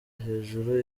hejuru